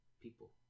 People